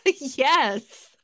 yes